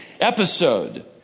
episode